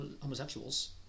homosexuals